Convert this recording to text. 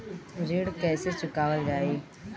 ऋण कैसे चुकावल जाई?